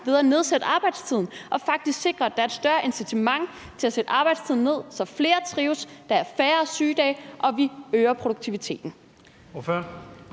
ved at nedsætte arbejdstiden, og faktisk sikre, at der er et større incitament til at sætte arbejdstiden ned, så flere trives, der er færre sygedage og vi øger produktiviteten?